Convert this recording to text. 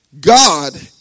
God